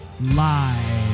live